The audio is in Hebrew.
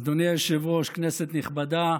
אדוני היושב-ראש, כנסת נכבדה,